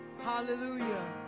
Hallelujah